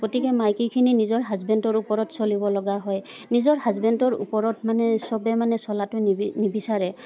গতিকে মাইকীখিনি নিজৰ হাজবেণ্ডৰ ওপৰত চলিব লগা হয় নিজৰ হাজবেণ্ডৰ ওপৰত মানে চবে মানে চলাটো নিবি নিবিচাৰে